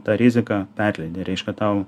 tą riziką perleidi reiškia tau